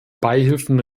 beihilfen